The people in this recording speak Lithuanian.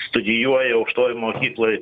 studijuoja aukštojoj mokykloj